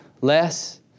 less